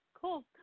Cool